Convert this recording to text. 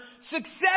Success